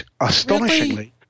astonishingly